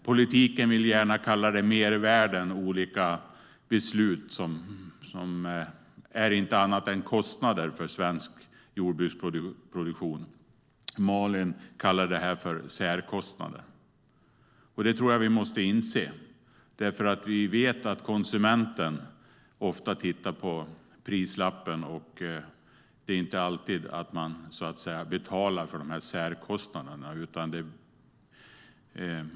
Politiken vill gärna kalla det mervärden - olika beslut som inte är annat än kostnader för svensk jordbruksproduktion. Malin kallar det för särkostnader. Jag tror att vi måste inse detta, för vi vet att konsumenten ofta tittar på prislappen och inte alltid vill betala för särkostnaderna.